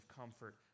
comfort